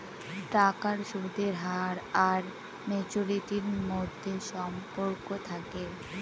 টাকার সুদের হার আর ম্যাচুরিটির মধ্যে সম্পর্ক থাকে